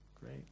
Great